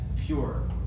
pure